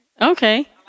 Okay